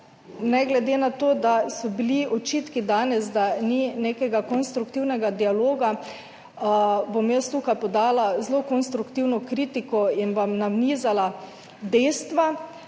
ne glede na to, da so bili danes očitki, da ni nekega konstruktivnega dialoga, bom jaz tukaj podala zelo konstruktivno kritiko in vam nanizala dejstva,